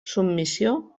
submissió